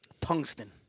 Tungsten